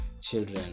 children